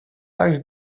также